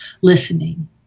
listening